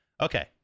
Okay